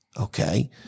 Okay